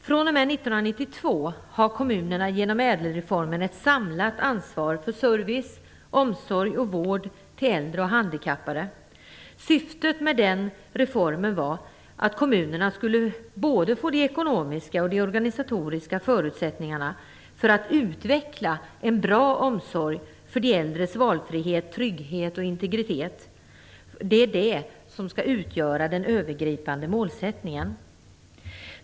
fr.o.m. 1992 har kommunerna genom ÄDEL-reformen ett samlat ansvar för service, omsorg och vård till äldre och handikappade. Syftet med den reformen var att kommunerna skulle få både de ekonomiska och organisatoriska förutsättningarna för att utveckla en bra omsorg för de äldres valfrihet, trygghet och integritet. Detta skall utgöra den övergripande målsättningen.